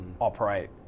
operate